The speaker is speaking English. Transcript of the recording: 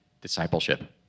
discipleship